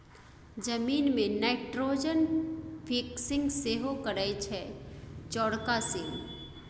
जमीन मे nitrogen fixing सेहो करय छै चौरका सीम